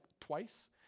twice